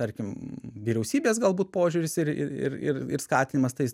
tarkim vyriausybės galbūt požiūris ir ir ir ir skatinimas tai